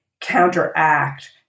counteract